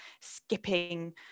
skipping